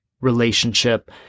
relationship